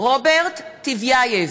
רוברט טיבייב,